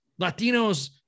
Latinos